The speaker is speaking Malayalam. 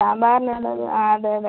സാമ്പാറിനുള്ളത് അതെയതെ